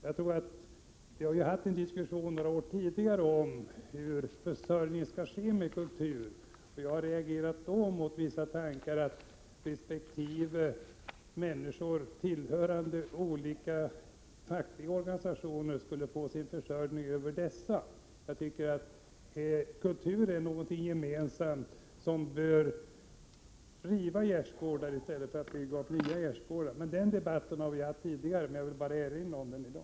Vi har ju några år tidigare haft en diskussion om hur försörjning med kultur skall ske. Jag har då reagerat mot tankarna att människor tillhörande olika fackliga organisationer skulle få sin försörjning med kultur över dessa. Jag tycker att kultur är något gemensamt, som bör riva gärdesgårdar i stället för att bygga upp nya. Den debatten har vi fört tidigare — jag vill bara erinra om den i dag.